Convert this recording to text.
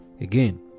Again